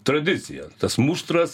tradicija tas muštras